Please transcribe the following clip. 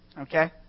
Okay